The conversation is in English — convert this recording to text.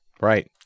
Right